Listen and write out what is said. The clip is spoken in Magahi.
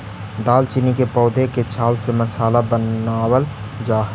दालचीनी के पौधे के छाल से मसाला बनावाल जा हई